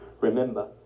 remember